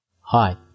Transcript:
Hi